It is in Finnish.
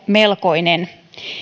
melkoinen